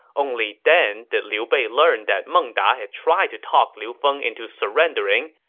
only then did liu bei learn that meng da had tried to talk liu feng into surrendering,